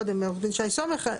קודם עו"ד שי סומך,